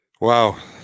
Wow